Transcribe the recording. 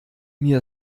mir